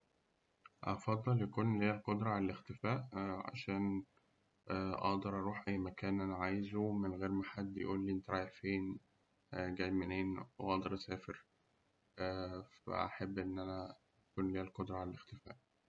أفضل يكون ليا القدرة على الاختفاء عشان أقدر أروح أي مكان أنا عايزه، من غير ما حد يقولي أنت رايح فين جاي منين؟ وأقدر أسافر ف أحب إن أنا يكون لي القدرة على الاختفاء.